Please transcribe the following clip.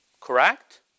Correct